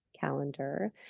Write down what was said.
calendar